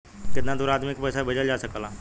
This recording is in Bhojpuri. कितना दूर आदमी के पैसा भेजल जा सकला?